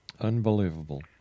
Unbelievable